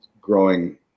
growing